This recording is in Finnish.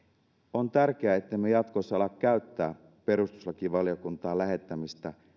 on tärkeää ettemme jatkossa ala käyttää perustuslakivaliokuntaan lähettämistä